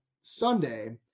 Sunday